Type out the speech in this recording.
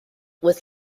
with